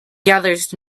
gathers